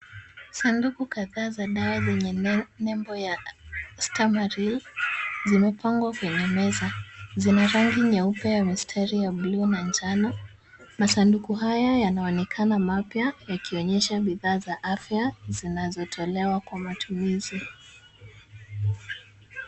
Sanduku kadhaa za dawa zenye nembo ya starmalil zimepangwa kwenye meza. Zina rangi nyeupe ya mistari ya bluu na njano. Masanduku haya yanaonekana mapya yakionyesha bidhaa za afya zinazotolewa kwa matumizi.